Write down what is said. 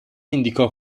indicò